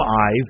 eyes